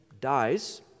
dies